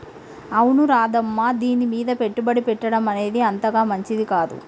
అవును రాధమ్మ దీనిమీద పెట్టుబడి పెట్టడం అనేది అంతగా మంచిది కాదు